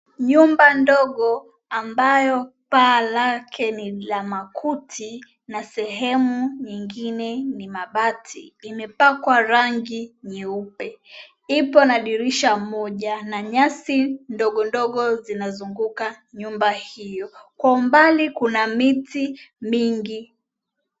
Nyumba ndogo ambayo paa lake ni la makuti na sehemu nyingine ni mabati imepakwa rangi nyeupe. Ipo na dirisha moja na nyasi ndogo ndogo zinazunguka nyumba hio, kwa umbali kuna miti mingi.